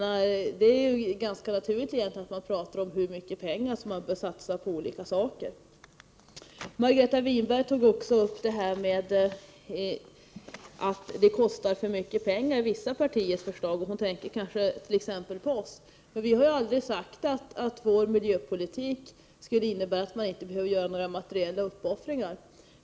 Det är ganska naturligt att man talar om hur mycket pengar som bör satsas för olika ändamål. Margareta Winberg menade också att vissa partiers förslag kostar för mycket pengar, och hon tänker kanske t.ex. på miljöpartiet. Vi har aldrig sagt att vår miljöpolitik skulle innebära att man inte skulle få göra några materiella uppoffringar.